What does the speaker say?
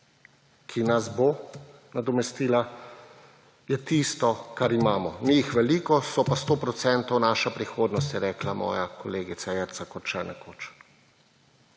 ki nas bo nadomestila, je tisto, kar imamo. Ni jih veliko, so pa sto procentov naša prihodnost, je rekla moja kolegica Jerca Korče nekoč.